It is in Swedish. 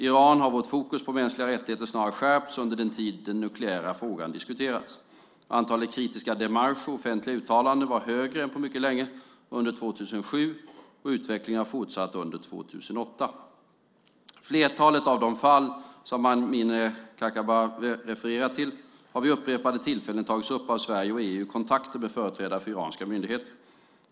I Iran har vårt fokus på mänskliga rättigheter snarare skärpts under den tid den nukleära frågan diskuterats. Antalet kritiska démarcher och offentliga uttalanden var större än på mycket länge under 2007 och utvecklingen har fortsatt under 2008. Flertalet av de fall som Amineh Kakabaveh refererar till har vid upprepade tillfällen tagits upp av Sverige och EU i kontakter med företrädare för iranska myndigheter.